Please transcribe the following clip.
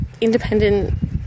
independent